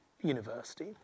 university